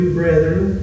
brethren